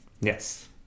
Yes